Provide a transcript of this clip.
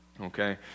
okay